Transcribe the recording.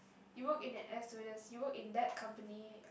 you work in an air stewardess you work in that company